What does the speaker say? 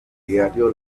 diario